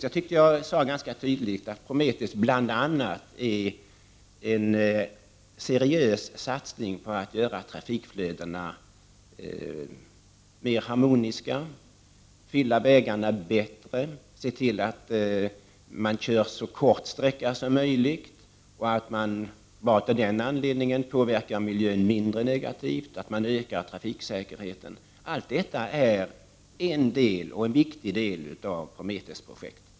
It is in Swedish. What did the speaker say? Jag tyckte att jag ganska tydligt framhöll att Prometheus-projektet bl.a. är en seriös satsning för att göra trafikflödena mer harmoniska: vägarna skall fyllas bättre, och körsträckan skall bli så kort som möjligt med påföljd att man bara av den anledningen påverkar miljön mindre negativt. Vidare skall trafiksäkerheten ökas. Allt detta är en del, och en viktig del, av Prometheusprojektet.